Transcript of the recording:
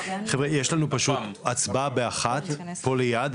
חבר'ה יש לנו עוד הצבעה בשעה 13:00 פה ליד,